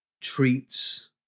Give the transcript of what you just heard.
treats